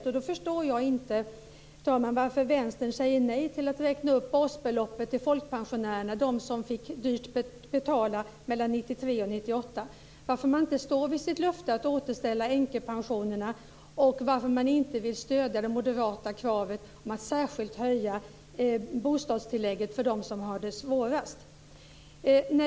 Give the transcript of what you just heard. Därför förstår jag inte, fru talman, varför Vänstern säger nej till att räkna upp basbeloppet till folkpensionärerna. De fick ju dyrt betala mellan 1993 och 1998. Varför står man inte fast vid sitt löfte att återställa änkepensionerna? Varför vill man inte stödja det moderata kravet på att särskilt höja bostadstillägget för dem som har det svårast?